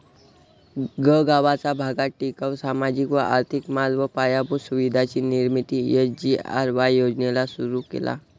गगावाचा भागात टिकाऊ, सामाजिक व आर्थिक माल व पायाभूत सुविधांची निर्मिती एस.जी.आर.वाय योजनेला सुरु केला